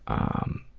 um,